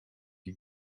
die